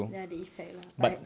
ya the effect lah but